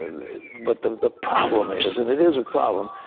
ah but the the problem is, and it is a problem,